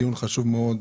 דיון חשוב מאוד,